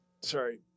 Sorry